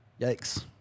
Yikes